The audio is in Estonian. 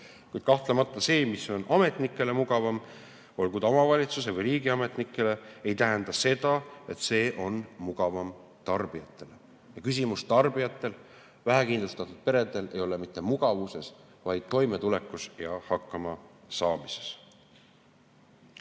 Kuid kahtlemata see, mis on ametnikele mugavam, olgu ta omavalitsus- või riigiametnikele, ei tähenda, et see on mugavam tarbijatele. Tarbijatele, vähekindlustatud peredele ei ole küsimus mitte mugavuses, vaid toimetulekus ja hakkamasaamises.